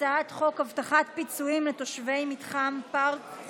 החזרת נכסים לנפקד שהפך לאזרח),